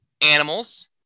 Animals